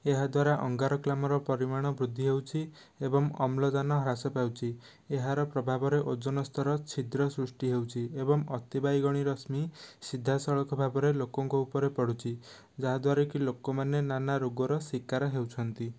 ଏହା ଦ୍ୱାରା ଅଙ୍ଗାରକାମ୍ଳ ପରିମାଣ ବୃଦ୍ଧି ହେଉଛି ଏବଂ ଅମ୍ଳଜାନ ହ୍ରାସ ପାଉଛି ଏହାର ପ୍ରଭାବରେ ଓଜନ ସ୍ତର ଛିଦ୍ର ସୃଷ୍ଟି ହେଉଛି ଏବଂ ଅତି ବାଇଗଣୀ ରଶ୍ମି ସିଧାସଳଖ ଭାବରେ ଲୋକଙ୍କ ଉପରେ ପଡ଼ୁଛି ଯାହା ଦ୍ୱାରାକି ଲୋକମାନେ ନାନା ରୋଗର ଶିକାର ହେଉଛନ୍ତି